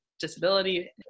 disability